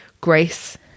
grace